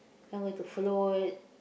one were to float